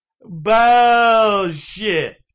Bullshit